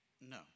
No